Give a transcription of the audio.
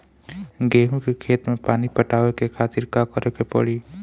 गेहूँ के खेत मे पानी पटावे के खातीर का करे के परी?